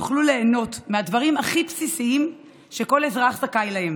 יוכלו ליהנות מהדברים הכי בסיסיים שכל אזרח זכאי להם: